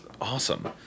awesome